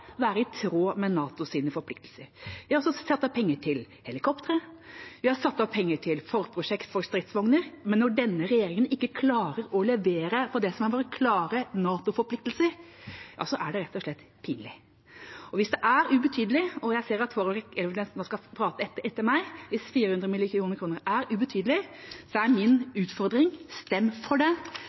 være i tråd med NATOs forpliktelser. Vi har også satt av penger til helikoptre. Vi har satt av penger til forprosjekt for stridsvogner. Men når denne regjeringa ikke klarer å levere på det som er våre klare NATO-forpliktelser, er det rett og slett pinlig. Og hvis 400 mill. kr er ubetydelig – jeg ser at Hårek Elvenes nå skal prate etter meg – er min utfordring: Stem for det!